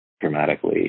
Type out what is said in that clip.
dramatically